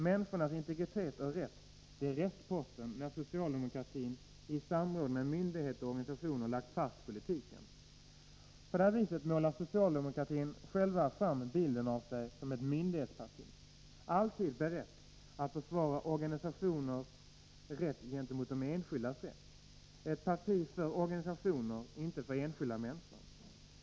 Människornas integritet och rätt blir restposten, när socialdemokratin i samråd med myndigheter och organisationer lagt fast politiken. Så målar socialdemokratin själv fram bilden av sig som ett myndighetsparti, alltid berett att försvara organisationers rätt gentemot de enskilda, ett parti för organisationer, inte för enskilda människor.